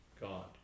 God